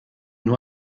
nur